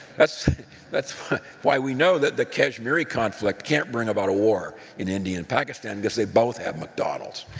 that's that's why we know that the kashmiri conflict can't bring about a war in india and pakistan because they both have mcdonald's.